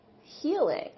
healing